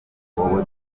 wowe